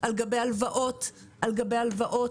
על גבי הלוואות על גבי הלוואות,